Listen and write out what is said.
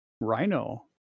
rhino